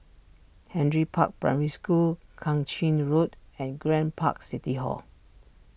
Henry Park Primary School Kang Ching Road and Grand Park City Hall